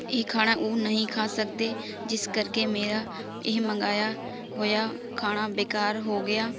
ਇਹ ਖਾਣਾ ਉਹ ਨਹੀਂ ਖਾ ਸਕਦੇ ਜਿਸ ਕਰਕੇ ਮੇਰਾ ਇਹ ਮੰਗਾਇਆ ਹੋਇਆ ਖਾਣਾ ਬੇਕਾਰ ਹੋ ਗਿਆ